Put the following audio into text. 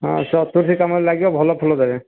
ହଁ ଚତୁର୍ଥୀ କାମରେ ଲାଗିବ ଭଲ ଫୁଲ ଦେବେ